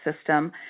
system